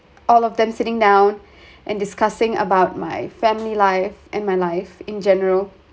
all of them sitting down and discussing about my family life and my life in general